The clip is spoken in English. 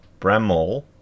Bramall